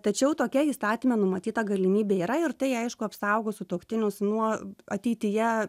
tačiau tokia įstatyme numatyta galimybė yra ir tai aišku apsaugo sutuoktinius nuo ateityje